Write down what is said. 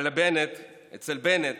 אבל אצל בנט